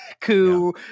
coup